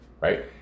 right